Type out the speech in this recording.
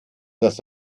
das